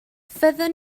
fyddwn